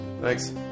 thanks